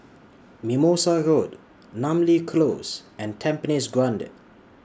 Mimosa Road Namly Close and Tampines Grande